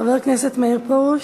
חבר הכנסת מאיר פרוש,